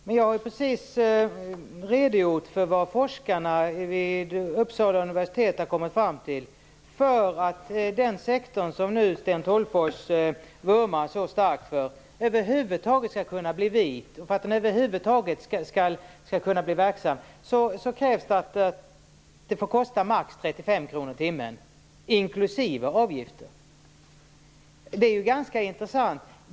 Men jag har ju precis redogjort för vad forskarna vid Uppsala universitet har kommit fram till: För att den sektor som Sten Tolgfors vurmar för så starkt över huvud taget skall kunna bli vit och kunna fungera får det kosta max 35 kr i timmen inklusive avgifter. Det är ganska intressant.